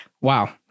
Wow